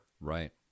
Right